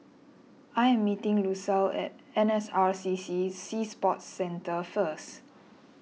I am meeting Lucile at N S R C C Sea Sports Centre first